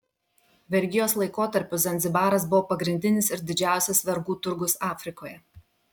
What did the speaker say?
vergijos laikotarpiu zanzibaras buvo pagrindinis ir didžiausias vergų turgus afrikoje